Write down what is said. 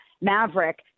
Maverick